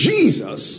Jesus